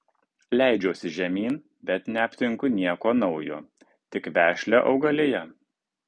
leidžiuosi žemyn bet neaptinku nieko naujo tik vešlią augaliją